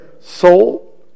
soul